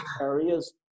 areas